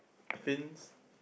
fins